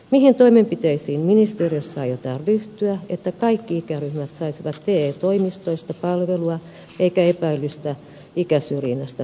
mihin toimenpiteisiin ministeriössä aiotaan ryhtyä että kaikki ikäryhmät saisivat te toimistoista palvelua eikä epäilystä ikäsyrjinnästä pääsisi syntymään